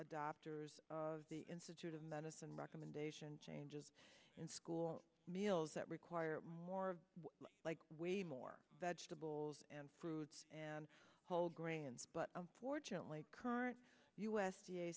adopters of the institute of medicine recommendation changes in school meals that require more like way more vegetables and fruits and whole grains but unfortunately current u